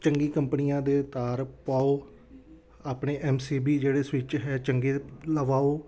ਚੰਗੀ ਕੰਪਨੀਆਂ ਦੇ ਤਾਰ ਪਾਓ ਆਪਣੇ ਐੱਮ ਸੀ ਬੀ ਜਿਹੜੇ ਸਵਿੱਚ ਹੈ ਚੰਗੇ ਲਵਾਓ